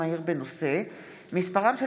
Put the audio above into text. מהיר בהצעתו של חבר הכנסת יעקב טסלר בנושא: מספרם של